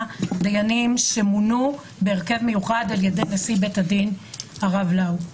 דיינים שמונו בהרכב מיוחד על ידי נשיא בית הדין הרב לאו.